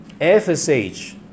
FSH